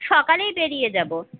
সকালেই বেরিয়ে যাবো